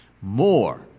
more